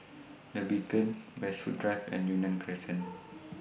The Beacon Westwood Drive and Yunnan Crescent